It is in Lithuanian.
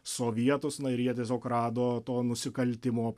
sovietus na ir jie tiesiog rado to nusikaltimo